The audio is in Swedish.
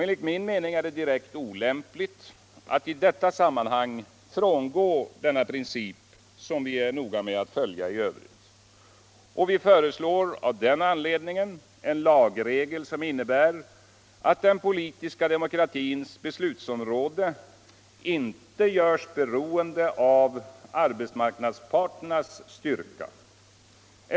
Enligt min mening är det direkt olämpligt att i detta sammanhang frångå denna princip som vi är noga med att följa i övrigt. Vi föreslår av den anledningen en lagregel som innebär att den politiska demokratins beslutsområde inte görs beroende av arbetsmarknadsparternas styrka.